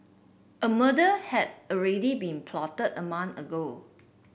a murder had already been plotted a month ago